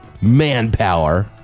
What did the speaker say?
Manpower